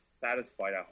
satisfied